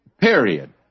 period